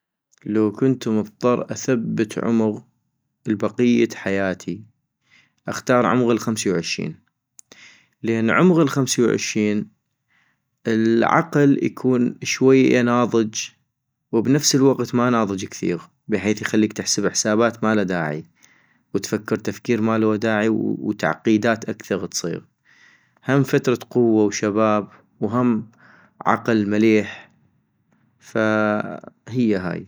لو كنتو مضطر اثبت عمغ لبقية حياتي ، اختار عمغ الخمسي وعشين ، لان عمغ الخمسي وعشين العقل يكون شوية ناضج وبنفس الوقت ما ناضج كثيغ بحيث يخليك تحسب حسابات مالها داعي، وتفكر تفكير مالوا داعي وتعقيدات اكثغ تصيغ - هم فترة قوة وشباب، وهم عقل مليح فهي هاي